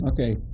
Okay